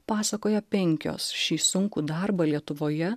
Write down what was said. pasakoja penkios šį sunkų darbą lietuvoje